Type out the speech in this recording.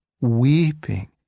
weeping